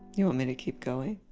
you want me to keep going.